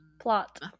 plot